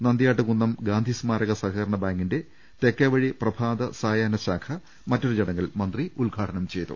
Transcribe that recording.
നന്തിയാട്ട്കുന്നം ഗാന്ധിസ്മാരക സഹകരണബാങ്കിന്റെ തെക്കൈവഴി പ്രഭാതസായാഹ്ന ശാഖ മറ്റൊരു ചടങ്ങിൽ മന്ത്രി ഉദ്ഘാ ടനം ചെയ്തു